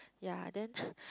yeah then